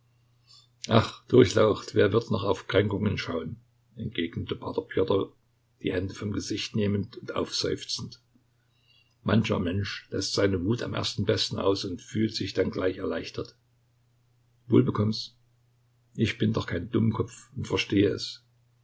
durchlaucht wer wird noch auf kränkungen schauen entgegnete p pjotr die hände vom gesicht nehmend und aufseufzend mancher mensch läßt seine wut am ersten besten aus und fühlt sich dann gleich erleichtert wohl bekomm's ich bin doch kein dummkopf und verstehe es